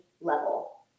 level